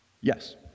Yes